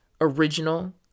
original